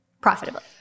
profitably